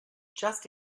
just